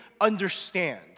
understand